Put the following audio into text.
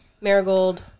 marigold